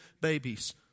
babies